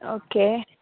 okay